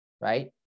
right